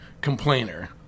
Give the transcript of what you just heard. complainer